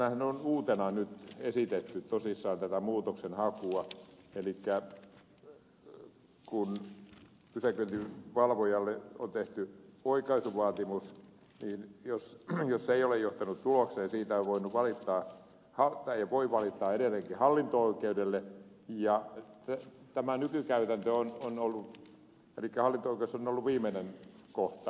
tähänhän on uutena asiana nyt esitetty tosissaan tätä muutoksenhakua elikkä kun pysäköinninvalvojalle on tehty oikaisuvaatimus niin jos se ei ole johtanut tulokseen siitä on voinut valittaa edelleenkin hallinto oikeudelle ja tämä nykykäytäntö elikkä hallinto oikeus on ollut viimeinen kohta